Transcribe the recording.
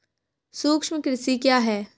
सूक्ष्म कृषि क्या है?